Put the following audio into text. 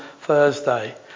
Thursday